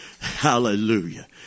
hallelujah